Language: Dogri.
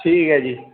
ठीक ऐ जी